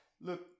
look